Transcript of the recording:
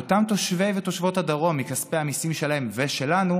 לאותם תושבי ותושבות הדרום מכספי המיסים שלהם ושלנו,